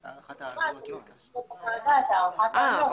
הדבר הזה לוקח לפחות עבודה של שבוע.